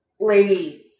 lady